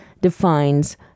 defines